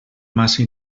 massa